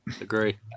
agree